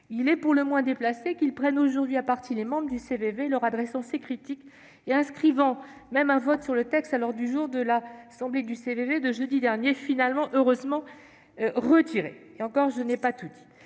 Il est pour le moins déplacé qu'il prenne aujourd'hui à partie les membres du CVV, qu'il leur adresse ses critiques et qu'il ait inscrit un vote sur le texte à l'ordre du jour de l'assemblée du CVV de jeudi dernier, vote qu'il a finalement et heureusement retiré. Et encore, je n'ai pas tout dit